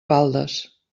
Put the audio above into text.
baldes